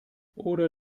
oder